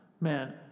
Man